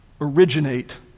originate